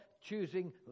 choosing